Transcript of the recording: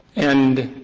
and